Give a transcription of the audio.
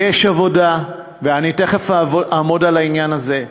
יש עבודה, ואני תכף אעמוד על העניין הזה.